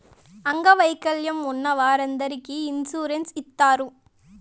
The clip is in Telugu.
అంగవైకల్యం ఉన్న వారందరికీ ఇన్సూరెన్స్ ఇత్తారు